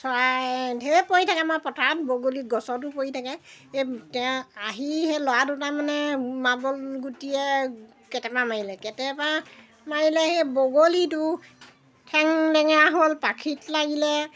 চৰাই ধেই পৰি থাকে আমাৰ পথাৰত বগলী গছতো পৰি থাকে এই তেয়া আহি সেই ল'ৰা দুটামানে মাৰ্বলগুটিৰে কেটেপা মাৰিলে কটেপা মাৰিলে সেই বগলীটো ঠেং লেঙেৰা হ'ল পাখিত লাগিলে